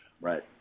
Right